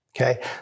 Okay